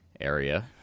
area